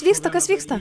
vyksta kas vyksta